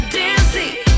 dancing